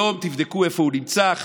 תבדקו איפה הוא נמצא היום.